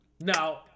No